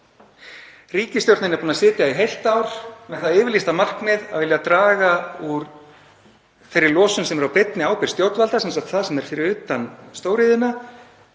Ríkisstjórnin er búin að sitja í heilt ár með það yfirlýsta markmið að vilja draga úr þeirri losun sem er á beinni ábyrgð stjórnvalda, það sem er fyrir utan stóriðjuna,